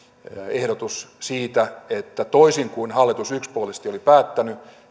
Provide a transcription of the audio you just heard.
ehdotus siitä että toisin kuin hallitus yksipuolisesti oli päättänyt